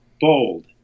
bold